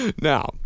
Now